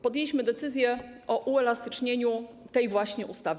Podjęliśmy decyzję o uelastycznieniu tej właśnie ustawy.